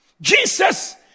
jesus